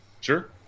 Sure